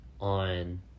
On